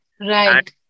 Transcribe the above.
Right